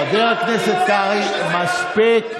חבר הכנסת קרעי, מספיק,